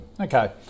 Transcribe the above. Okay